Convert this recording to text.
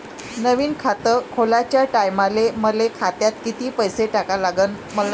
नवीन खात खोलाच्या टायमाले मले खात्यात कितीक पैसे टाका लागन?